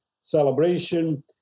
celebration